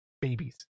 babies